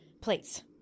please